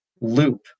loop